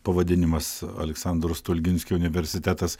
pavadinimas aleksandro stulginskio universitetas